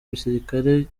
igisirikare